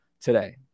today